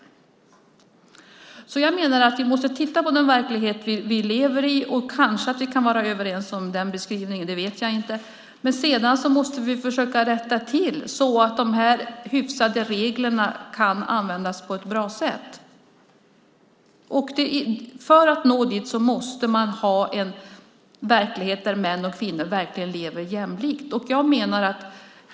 Jag menar att vi måste titta på den verklighet vi lever i. Vi kanske kan vara överens om den beskrivningen; det vet jag inte. Men vi måste försöka rätta till det hela så att de hyfsade reglerna kan användas på ett bra sätt. För att nå dit måste man ha en verklighet där män och kvinnor lever jämlikt.